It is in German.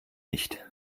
nicht